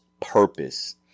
purpose